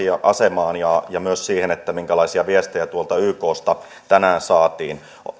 asemaan ja ja myös siihen minkälaisia viestejä tuolta yksta tänään saatiin